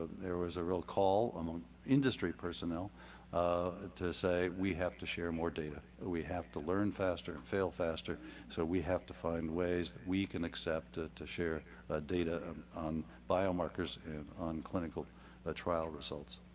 there was a real call um on industry personnel ah to say, we have to share more data. and we have to learn faster and fail faster so we have to find ways that we can accept ah to share ah data um on biomarkers and on clinical ah trial results.